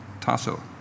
tasso